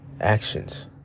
actions